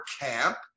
camp